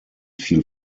viel